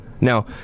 Now